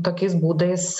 tokiais būdais